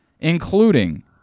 including